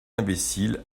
imbécile